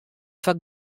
foar